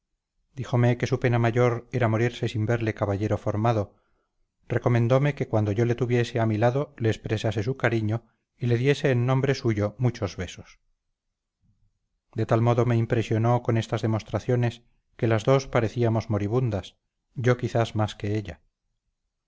díjome que su pena mayor era morirse sin verle caballero formado recomendome que cuando yo le tuviese a mi lado le expresase su cariño y le diese en nombre suyo muchos besos de tal modo me impresionó con estas demostraciones que las dos parecíamos moribundas yo quizás más que ella